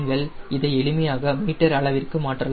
நீங்கள் இதை எளிமையாக மீட்டர் அளவிற்கு மாற்றலாம்